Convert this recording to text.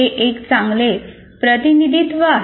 हे एक चांगले प्रतिनिधित्व आहे